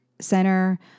center